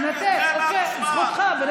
תנתק, תנתק, זכותך.